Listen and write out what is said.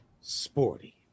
sporty